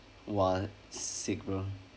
what signal